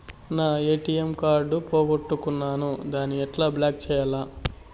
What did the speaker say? నా ATM card పోగొట్టుకున్నాను, దాన్ని ఎట్లా బ్లాక్ సేయాలి?